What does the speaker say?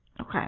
Okay